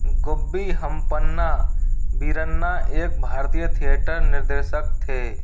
गुब्बी हम्पन्ना बीरन्ना एक भारतीय थिएटर निर्देशक थे